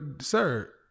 sir